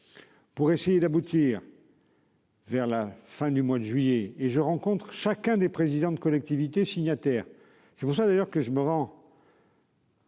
Pour essayer d'aboutir.-- Vers la fin du mois de juillet et je rencontrent chacun des présidents de collectivités signataires, c'est pour ça d'ailleurs que je me rends.